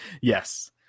Yes